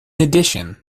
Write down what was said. addition